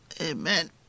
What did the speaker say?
Amen